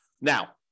Now